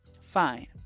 Fine